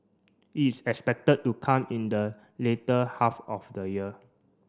it is expected to come in the later half of the year